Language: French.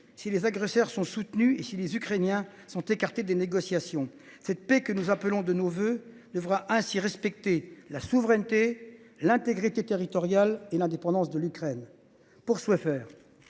si les agresseurs sont soutenus et si les Ukrainiens sont écartés des négociations. La paix que nous appelons de nos vœux devra respecter la souveraineté, l’intégrité territoriale et l’indépendance de l’Ukraine. Nous souhaitons